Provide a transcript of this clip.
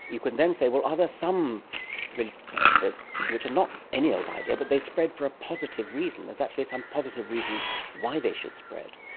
you could then say, well, are there some religious ideas which are not any old idea but they spread for a positive reason, there's actually some positive reason why they should spread.